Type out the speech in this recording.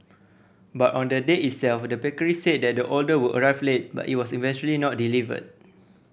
but on the day itself the bakery said that the order would arrive late but it was eventually not delivered